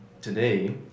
today